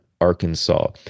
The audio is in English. Arkansas